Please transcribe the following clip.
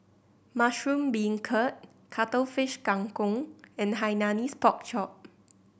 mushroom beancurd Cuttlefish Kang Kong and Hainanese Pork Chop